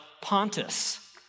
Pontus